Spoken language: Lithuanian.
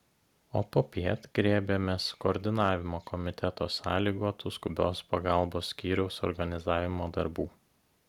o popiet griebėmės koordinavimo komiteto sąlygotų skubios pagalbos skyriaus organizavimo darbų